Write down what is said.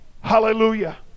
Hallelujah